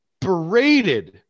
berated